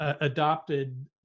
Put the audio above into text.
adopted